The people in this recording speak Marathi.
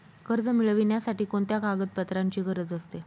कर्ज मिळविण्यासाठी कोणत्या कागदपत्रांची गरज असते?